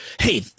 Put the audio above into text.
hey